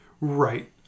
Right